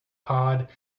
pod